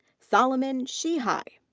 solomon shiihii.